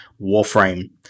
Warframe